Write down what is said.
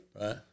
Right